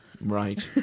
right